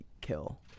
kill